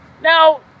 Now